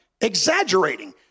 exaggerating